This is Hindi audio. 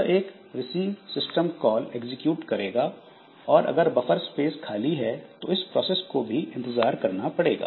यह एक रिसीव सिस्टम कॉल एग्जीक्यूट करेगा और अगर बफर स्पेस खाली है तो इस प्रोसेस को भी इंतजार करना पड़ेगा